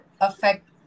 affect